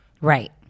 Right